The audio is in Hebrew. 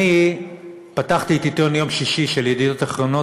אני פתחתי את עיתון יום שישי של "ידיעות אחרונות",